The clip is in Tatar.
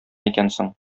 икәнсең